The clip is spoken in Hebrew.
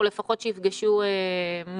או לפחות שייפגשו מורים